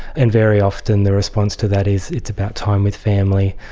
and very often the response to that is it's about time with family.